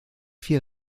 vier